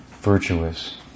virtuous